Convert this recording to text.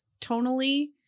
tonally